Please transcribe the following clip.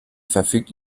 verfügt